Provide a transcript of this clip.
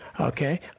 Okay